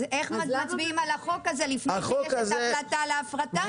אז איך מצביעים על החוק הזה לפני שיש החלטה על ההפרטה?